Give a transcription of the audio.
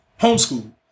homeschool